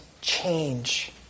change